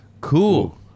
Cool